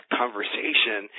conversation